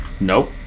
Nope